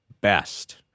best